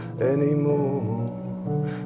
anymore